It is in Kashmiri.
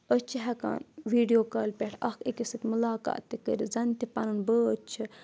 أسۍ چھِ ہیٚکان ویٖڈیو کالہِ پؠٹھ اکھ أکِس سۭتۍ مُلاقات تہِ کٔرِتھ زَنہٕ تہِ پَنُن بٲژ چھِ